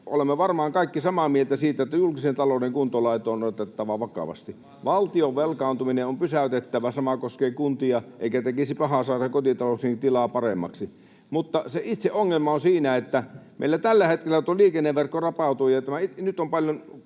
olemme varmaan kaikki samaa mieltä: julkisen talouden kuntoon laitto on otettava vakavasti. Valtion velkaantuminen on pysäytettävä. Sama koskee kuntia, eikä tekisi pahaa saada kotitalouksienkin tilaa paremmaksi. Mutta se itse ongelma on siinä, että meillä tällä hetkellä liikenneverkko rapautuu. Nyt on kaksi